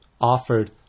offered